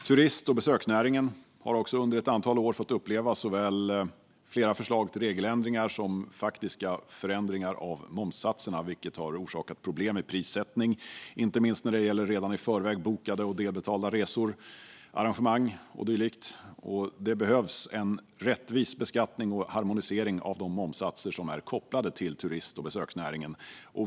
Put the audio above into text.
Turist och besöksnäringen har också under ett antal år fått uppleva såväl flera förslag till regeländringar som faktiska förändringar av momssatserna, vilket har orsakat problem med prissättningen, inte minst när det gäller redan i förväg bokade och delbetalade resor, arrangemang och dylikt. Det behövs en rättvis beskattning och en harmonisering av de momssatser som är kopplade till turist och besöksnäringen.